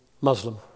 Muslim